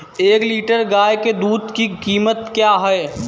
एक लीटर गाय के दूध की कीमत क्या है?